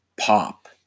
pop